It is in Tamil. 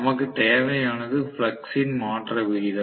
நமக்கு தேவையானது ஃப்ளக்ஸ் ன் மாற்ற விகிதம்